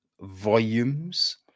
volumes